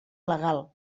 legal